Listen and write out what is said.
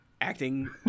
acting